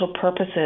purposes